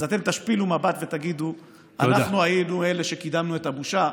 אז אתם תשפילו מבט ותגידו: אנחנו היינו אלה שקידמו את הבושה.